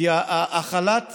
כי החל"ת